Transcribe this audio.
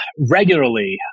regularly